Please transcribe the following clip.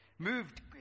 Moved